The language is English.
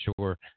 sure